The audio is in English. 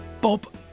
Bob